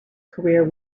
career